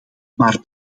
maar